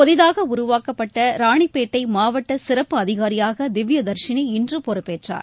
புதிதாக உருவாக்கப்பட்ட இராணிப்பேட்டை மாவட்ட சிறப்பு அதிகாரியாக திவ்யதர்ஷினி இன்று பொறுப்பேற்றார்